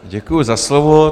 Děkuji za slovo.